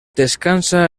descansa